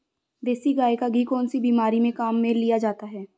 देसी गाय का घी कौनसी बीमारी में काम में लिया जाता है?